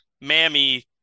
mammy